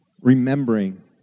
Remembering